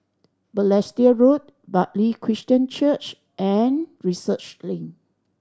Balestier Road Bartley Christian Church and Research Link